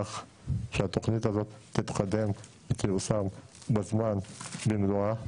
שהתוכנית הזאת תתקדם ותיושם בזמן במלואה.